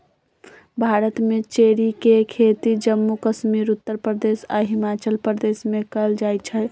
भारत में चेरी के खेती जम्मू कश्मीर उत्तर प्रदेश आ हिमाचल प्रदेश में कएल जाई छई